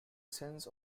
sense